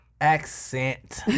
accent